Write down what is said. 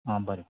आं बरें